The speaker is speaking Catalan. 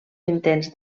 intents